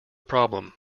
problem